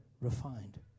refined